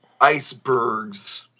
icebergs